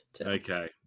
Okay